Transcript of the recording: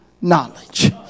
knowledge